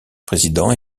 présidents